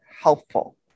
helpful